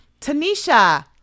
Tanisha